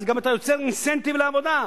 אז אתה גם יוצר אינסנטיב לעבודה.